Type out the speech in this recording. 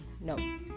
No